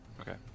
okay